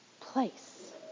place